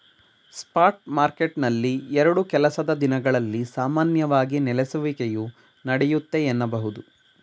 spot ಮಾರ್ಕೆಟ್ನಲ್ಲಿ ಎರಡು ಕೆಲಸದ ದಿನಗಳಲ್ಲಿ ಸಾಮಾನ್ಯವಾಗಿ ನೆಲೆಸುವಿಕೆಯು ನಡೆಯುತ್ತೆ ಎನ್ನಬಹುದು